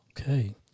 Okay